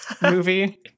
movie